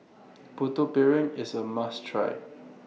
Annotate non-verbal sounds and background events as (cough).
(noise) Putu Piring IS A must Try